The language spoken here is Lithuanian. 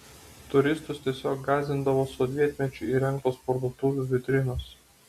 turistus tiesiog gąsdindavo sovietmečiu įrengtos parduotuvių vitrinos